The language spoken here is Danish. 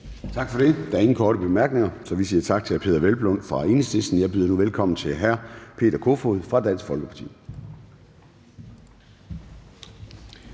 Gade): Der er ingen korte bemærkninger, så vi siger tak til hr. Peder Hvelplund fra Enhedslisten. Jeg byder nu velkommen til hr. Alex Ahrendtsen fra Dansk Folkeparti.